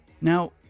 Now